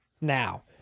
now